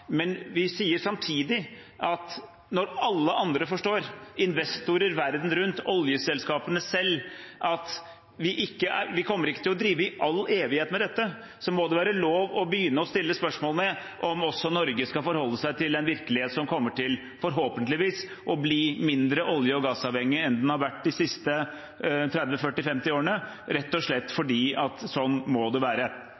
Men vi sier samtidig at når alle andre forstår – investorer verden rundt, oljeselskapene selv – at vi ikke kommer til å drive med dette i all evighet, må det være lov å begynne å stille spørsmål om også Norge skal forholde seg til en virkelighet som forhåpentligvis kommer til å bli mindre olje- og gassavhengig enn den har vært de siste 30–50 årene, rett og slett